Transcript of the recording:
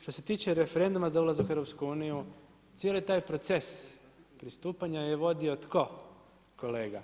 Što se tiče referenduma za ulazak u EU cijeli taj proces pristupanja je vodio tko kolega?